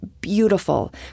beautiful